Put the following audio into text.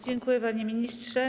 Dziękuję, panie ministrze.